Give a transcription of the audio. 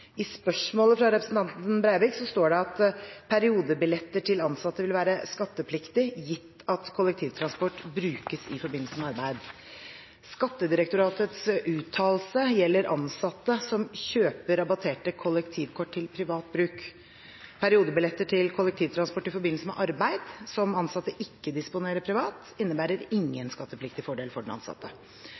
I spørsmålet fra representanten Breivik står det at «periodebilletter for ansatte vil være skattepliktig gitt at kollektivtransport brukes i forbindelse med arbeid». Skattedirektoratets uttalelse gjelder ansatte som kjøper rabatterte kollektivkort til privat bruk. Periodebilletter til kollektivtransport i forbindelse med arbeid, som ansatte ikke disponerer privat, innebærer ingen skattepliktig fordel for den ansatte.